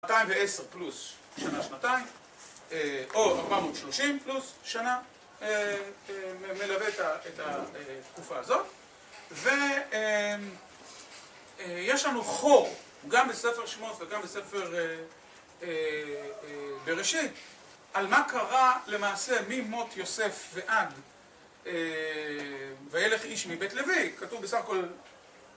210 פלוס שנה שנתיים, או 430 פלוס שנה מלווה את התקופה הזאת. ויש לנו חור, גם בספר שמות וגם בספר בראשית, על מה קרה למעשה ממות יוסף ועד וילך איש מבית לוי. כתוב בסך הכל...